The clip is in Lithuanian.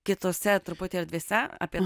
kitose truputį erdvėse apie